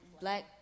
black